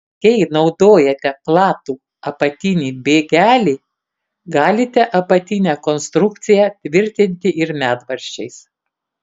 jei naudojate platų apatinį bėgelį galite apatinę konstrukciją tvirtinti ir medvaržčiais